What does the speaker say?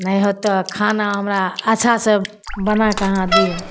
नहि होयत तऽ खाना हमरा अच्छा से बनाके अहाँ दियौ